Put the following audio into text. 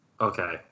Okay